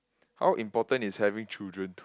how important is having children